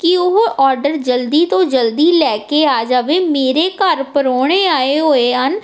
ਕਿ ਉਹ ਔਡਰ ਜਲਦੀ ਤੋਂ ਜਲਦੀ ਲੈ ਕੇ ਆ ਜਾਵੇ ਮੇਰੇ ਘਰ ਪ੍ਰਾਹੁਣੇ ਆਏ ਹੋਏ ਹਨ